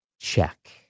check